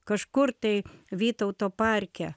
kažkur tai vytauto parke